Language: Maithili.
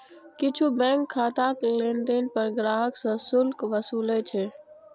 किछु बैंक खाताक लेनदेन पर ग्राहक सं शुल्क वसूलै छै